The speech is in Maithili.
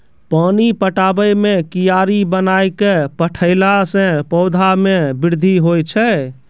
पानी पटाबै मे कियारी बनाय कै पठैला से पौधा मे बृद्धि होय छै?